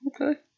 Okay